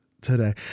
today